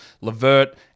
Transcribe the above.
Levert